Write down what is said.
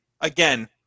Again